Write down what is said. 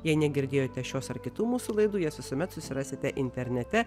jei negirdėjote šios ar kitų mūsų laidų jas visuomet susirasite internete